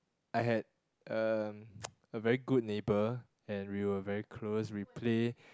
I had um a very good neighbour and we were very close we play